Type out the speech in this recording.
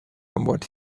what